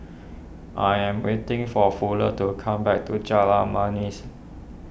I am waiting for Fuller to come back to Jalan Manis